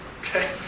Okay